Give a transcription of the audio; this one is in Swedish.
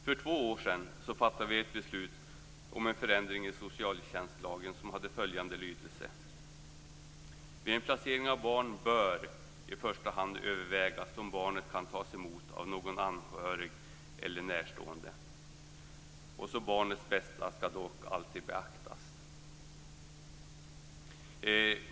För två år sedan fattade vi ett beslut om en förändring i socialtjänstlagen som har följande lydelse: "Vid placering av barn bör i första hand övervägas om barnet kan tas emot av någon anhörig eller närstående. Barnets bästa skall dock alltid beaktas."